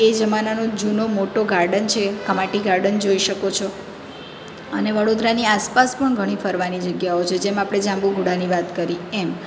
એ જમાનાનો જૂનો મોટો ગાર્ડન છે કમાટી ગાર્ડન જોઈ શકો છો અને વડોદરાની આસપાસ પણ ઘણી ફરવાની જગ્યા છે જેમાં આપણે જાંબુઘોડાની વાત કરી એમ